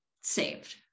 saved